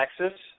Texas